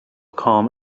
calm